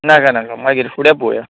नाका नाका मागीर फुडें पोवया